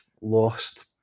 lost